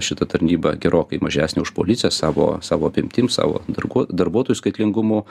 šita tarnyba gerokai mažesnė už policiją savo savo apimtim savo darguo darbuotojų skaitlingumu